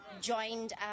joined